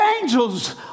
angels